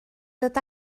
dod